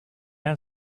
are